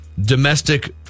domestic